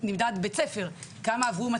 ובית הספר גם נמדד לפי השאלה כמה עברו פיזיקה,